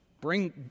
bring